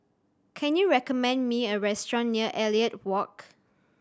can you recommend me a restaurant near Elliot Walk